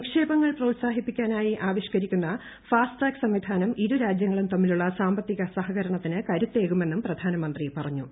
നിക്ഷേപങ്ങൾ പ്രോത്സാഹിപ്പിക്കാനായി ആവിഷ്ക്കരിക്കുന്ന ഫാസ്റ്റ് ട്രാക് സംവിധാനം ഇരു രാജ്യങ്ങളും തമ്മിലുള്ള സാമ്പത്തിക സഹകരണത്തിന് കരുത്തേകുമെന്നും പ്രധാനമന്ത്രി പറഞ്ഞു